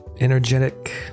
Energetic